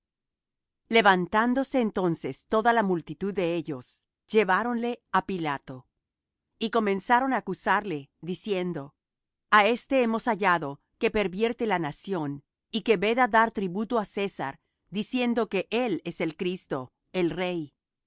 levantandose entonces toda la multitud de ellos lleváronle á pilato y comenzaron á acusarle diciendo a éste hemos hallado que pervierte la nación y que veda dar tributo á césar diciendo que él es el cristo el rey